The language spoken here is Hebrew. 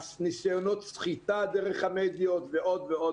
על ניסיונות סחיטה דרך המדיות ועוד ועוד